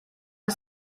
ist